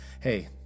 Hey